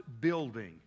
building